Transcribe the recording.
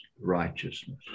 righteousness